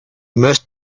must